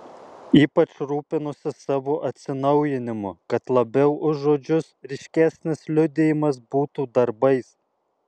ypač rūpinosi savo atsinaujinimu kad labiau už žodžius ryškesnis liudijimas būtų darbais